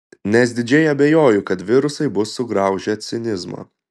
nes didžiai abejoju kad virusai bus sugraužę cinizmą